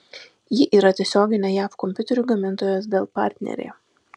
ji yra tiesioginė jav kompiuterių gamintojos dell partnerė